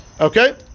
Okay